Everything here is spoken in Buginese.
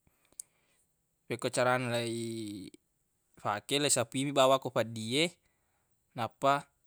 fekkoi carana leifake leisafui bawang ko feddi e nappa.